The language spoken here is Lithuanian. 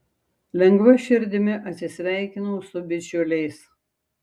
lengva širdimi atsisveikinau su bičiuliais